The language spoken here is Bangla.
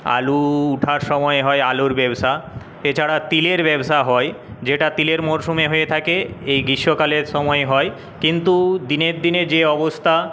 আলু ওঠার সময় হয় আলুর ব্যবসা এছাড়া তিলের ব্যবসা হয় যেটা তিলের মরশুমে হয়ে থাকে এই গ্রীষ্মকালের সময়ে হয় কিন্তু দিনের দিনে যে অবস্থা